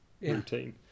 routine